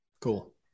Cool